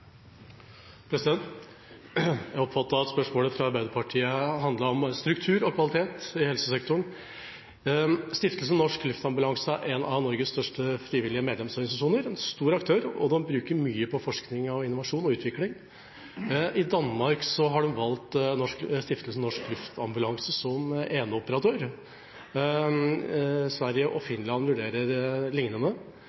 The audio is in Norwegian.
Arbeiderpartiet handlet om struktur og kvalitet i helsesektoren. Stiftelsen Norsk Luftambulanse er en av Norges største frivillige medlemsorganisasjoner. De er en stor aktør, og de bruker mye på forskning, innovasjon og utvikling. I Danmark har de valgt Stiftelsen Norsk Luftambulanse som eneoperatør. Sverige og Finland vurderer noe lignende.